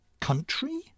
country